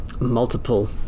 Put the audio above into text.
multiple